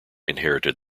inherited